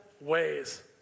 ways